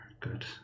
Good